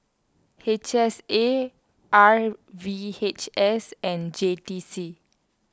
H S A R V H S and J T C